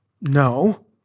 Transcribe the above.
No